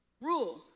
Rule